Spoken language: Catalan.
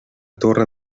torre